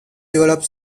developed